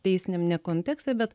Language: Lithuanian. teisiniam ne kontekste bet